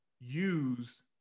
use